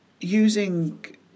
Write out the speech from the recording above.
using